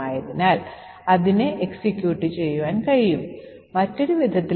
അതിനാൽ buffer 2 overflow ചെയ്യും